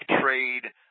trade